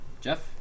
Jeff